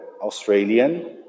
Australian